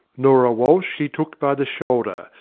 norah walsh he took by the shoulder,